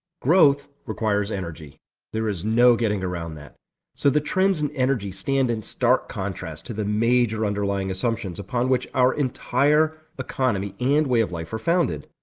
growth requires energy there is no getting around that so the trends in energy stand in stark contrast to the major underlying assumptions upon which our entire economy and way of life are founded.